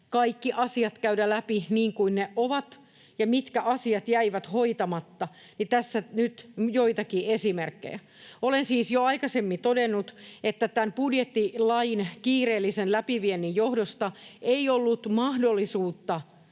kaikki asiat käydä läpi niin kuin ne ovat. Ja mitkä asiat jäivät hoitamatta, siitä tässä nyt joitakin esimerkkejä. Olen siis jo aikaisemmin todennut, että tämän budjettilain kiireellisen läpiviennin johdosta ei ollut mahdollisuutta